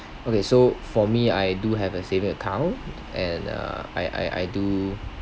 okay so for me I do have a saving account and uh I I do